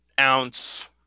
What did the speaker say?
ounce